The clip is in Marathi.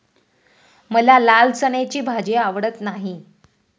मला लाल चण्याची भाजी आवडत नाही